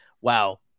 wow